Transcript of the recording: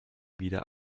wieder